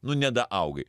nu nedaaugai